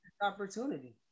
Opportunity